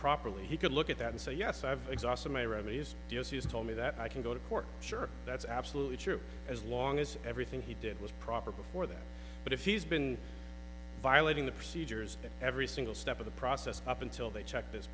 properly he could look at that and say yes i've exhausted my remedies yes he has told me that i can go to court sure that's absolutely true as long as everything he did was proper before that but if he's been violating the procedures that every single step of the process up until they check this